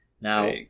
Now